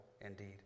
Indeed